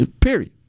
Period